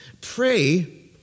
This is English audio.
Pray